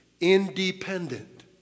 independent